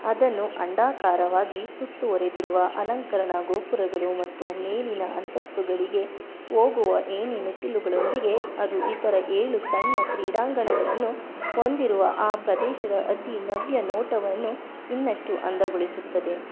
ಅದನ್ನು ಅಂಡಾಕಾರವಾಗಿ ಸುತ್ತುವರೆದಿರುವ ಅಲಂಕರಣ ಗೋಪುರಗಳು ಮತ್ತು ಮೇಲಿನ ಅಂತಸ್ತುಗಳಿಗೆ ಹೋಗುವ ಏಣಿ ಮೆಟ್ಟಿಲುಗಳೊಂದಿಗೆ ಅದು ಇತರ ಏಳು ಸಣ್ಣ ಕ್ರೀಡಾಂಗಣಗಳನ್ನು ಹೊಂದಿರುವ ಆ ಪ್ರದೇಶದ ಅತಿ ನವ್ಯ ನೋಟವನ್ನು ಇನ್ನಷ್ಟು ಅಂದಗೊಳಿಸುತ್ತದೆ